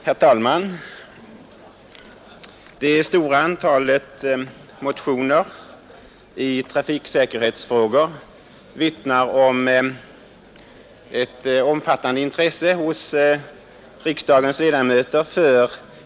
Herr talman! Det stora antalet motioner i trafiksäkerhetsfrågor vittnar om ett omfattande intresse för dem hos riksdagens ledamöter.